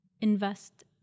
Invest